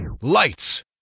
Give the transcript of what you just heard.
Lights